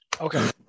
Okay